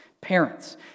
parents